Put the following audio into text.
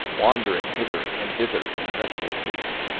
wandering hither and thither in restless haste,